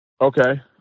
Okay